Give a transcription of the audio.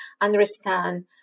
understand